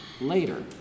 later